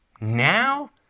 now